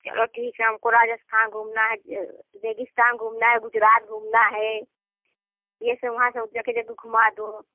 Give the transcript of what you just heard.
चलो ठीक है हमको राजस्थान घूमना है रेगिस्तान घूमना है गुजरात घूमना है ये सब वहाँ से हो गया कि घुमा दो